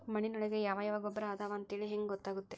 ಮಣ್ಣಿನೊಳಗೆ ಯಾವ ಯಾವ ಗೊಬ್ಬರ ಅದಾವ ಅಂತೇಳಿ ಹೆಂಗ್ ಗೊತ್ತಾಗುತ್ತೆ?